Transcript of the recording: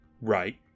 right